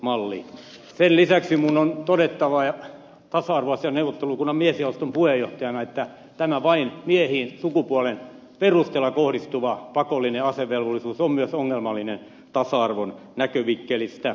sen lisäksi minun on todettava tasa arvoasiain neuvottelukunnan miesjaoston puheenjohtajana että tämä vain miehiin sukupuolen perusteella kohdistuva pakollinen asevelvollisuus on myös ongelmallinen tasa arvon näkövinkkelistä